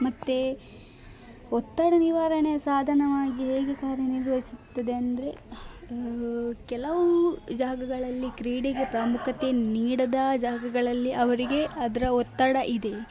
ಮತ್ತು ಒತ್ತಡ ನಿವಾರಣೆಯ ಸಾಧನವಾಗಿ ಹೇಗೆ ಕಾರ್ಯನಿರ್ವಹಿಸುತ್ತದೆ ಅಂದರೆ ಕೆಲವು ಜಾಗಗಳಲ್ಲಿ ಕ್ರೀಡೆಗೆ ಪ್ರಾಮುಖ್ಯತೆ ನೀಡದ ಜಾಗಗಳಲ್ಲಿ ಅವರಿಗೆ ಅದರ ಒತ್ತಡ ಇದೆ